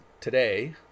today